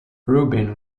rubin